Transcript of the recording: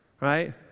Right